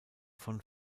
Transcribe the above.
von